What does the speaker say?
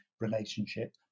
relationship